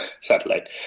satellite